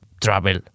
travel